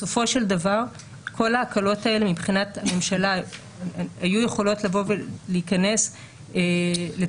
בסופו של דבר כל ההקלות האלה מבחינת הממשלה היו יכולות להיכנס לתוך